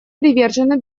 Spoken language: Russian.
привержены